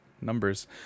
Numbers